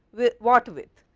what with?